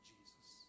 Jesus